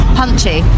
punchy